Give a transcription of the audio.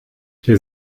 der